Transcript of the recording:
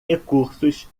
recursos